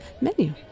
menu